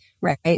right